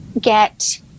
get